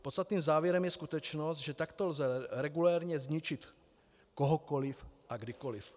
Podstatným závěrem je skutečnost, že takto lze regulérně zničit kohokoliv a kdykoliv.